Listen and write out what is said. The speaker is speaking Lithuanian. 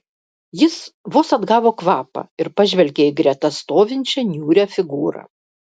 jis vos atgavo kvapą ir pažvelgė į greta stovinčią niūrią figūrą